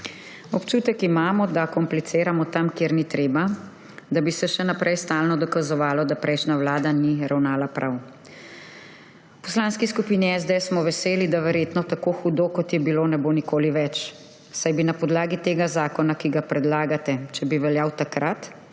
Občutek imamo, da kompliciramo tam, kjer ni treba, da bi se še naprej stalno dokazovalo, da prejšnja vlada ni ravnala prav. V Poslanski skupini SDS smo veseli, da verjetno tako hudo, kot je bilo, ne bo nikoli več, saj bi na podlagi tega zakona, ki ga predlagate, če bi veljal takrat,